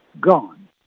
gone